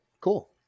cool